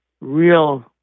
real